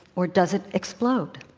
or does it explode?